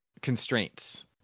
constraints